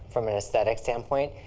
from an aesthetic standpoint,